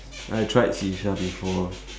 I tried shisha before